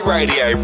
Radio